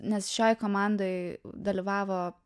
nes šioj komandoj dalyvavo